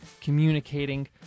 communicating